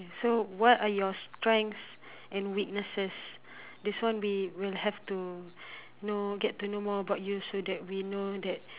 okay so what are your strengths and weaknesses this one we will have to know get to know more about you so that we know that